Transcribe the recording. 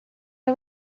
are